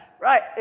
right